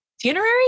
Funerary